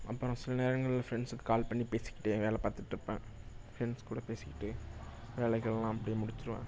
அப்புறம் சில நேரங்கள்ல ஃப்ரெண்ட்ஸுக்கு கால் பண்ணி பேசிக்கிட்டே வேலை பார்த்துகிட்ருப்பேன் ஃப்ரெண்ட்ஸ் கூட பேசிக்கிட்டு வேலைகள்லாம் அப்படியே முடிச்சிடுவேன்